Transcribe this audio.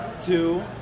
two